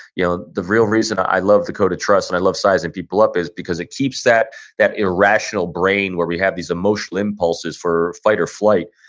you know the real reason i love the code of trust and i love sizing people up is because it keeps that that irrational brain where we have these emotional impulses for fight or flight,